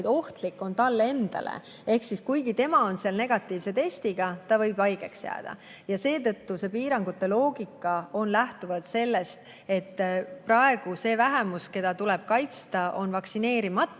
ohtlik talle endale. Kuigi tema on seal negatiivse testiga, ta võib haigeks jääda. Seetõttu lähtub piirangute loogika sellest, et praegu see vähemus, keda tuleb kaitsta, on vaktsineerimata